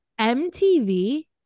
MTV